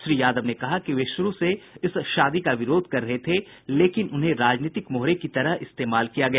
श्री यादव ने कहा कि वे शुरू से इस शादी का विरोध कर रहे थे लेकिन उन्हें राजनीतिक मोहरे की तरह इस्तेमाल किया गया